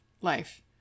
life